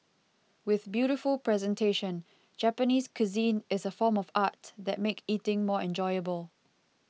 with beautiful presentation Japanese cuisine is a form of art that make eating more enjoyable